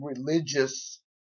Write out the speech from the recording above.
religious